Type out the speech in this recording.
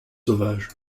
sauvages